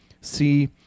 see